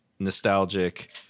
nostalgic